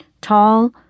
Tall